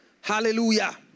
Hallelujah